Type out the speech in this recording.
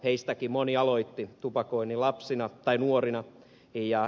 heistäkin moni aloitti tupakoinnin nuorena